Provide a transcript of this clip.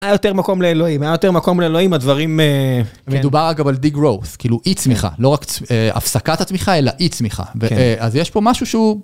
היה יותר מקום לאלוהים, היה יותר מקום לאלוהים הדברים מדובר אגב על די גרוס כאילו אי צמיחה לא רק הפסקת התמיכה אלא אי צמיחה אז יש פה משהו שהוא.